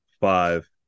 five